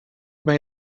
may